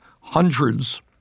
hundreds—